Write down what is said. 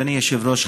אדוני היושב-ראש,